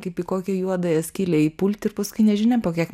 kaip į kokią juodąją skylę į pulti paskui nežinia po kiek